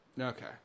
Okay